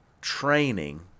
training